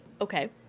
Okay